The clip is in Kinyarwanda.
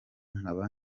nkaba